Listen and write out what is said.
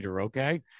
okay